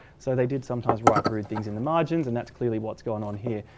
so they did sometimes write rude things in the margins and that's clearly what's going on here.